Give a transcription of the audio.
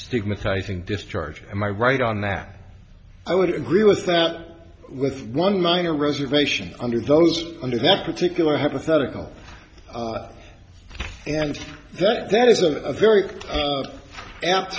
stigmatizing discharge my right on that i would agree with that with one minor reservation under those under that particular hypothetical and that that is a very apt